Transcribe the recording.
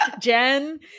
Jen